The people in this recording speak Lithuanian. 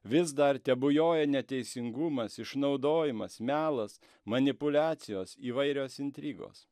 vis dar bujoja neteisingumas išnaudojimas melas manipuliacijos įvairios intrigos